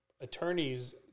attorneys